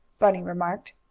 bunny remarked.